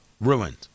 ruined